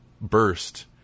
burst